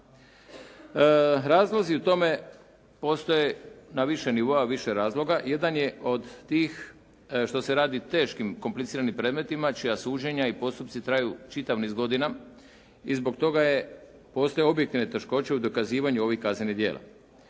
Razlozi o tome postoje na više nivoa, više razloga. Jedan je od tih što se radi teškim, kompliciranim predmetima čija suđenja i postupci traju čitav niz godina i zbog toga je, postoje objektivne teškoće u dokazivanju ovih kaznenih djela.